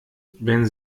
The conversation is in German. wenn